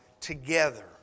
together